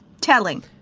telling